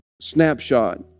snapshot